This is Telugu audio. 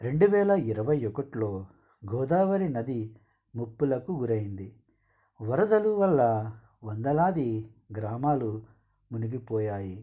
రెండువేల ఇరవై ఒకట్లో గోదావరి నది ముప్పులకు గురైంది వరదలు వల్ల వందలాది గ్రామాలు మునిగి పోయాయి